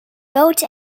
built